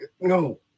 No